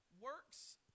works